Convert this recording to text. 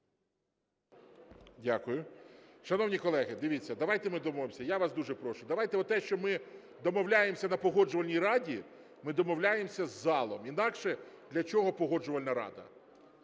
Дякую. Шановні колеги, дивіться, давайте ми домовимося, я вас дуже прошу, давайте те, що ми домовляємося на Погоджувальній раді, ми домовляємося із залом, інакше для чого Погоджувальна рада.